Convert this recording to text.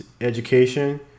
education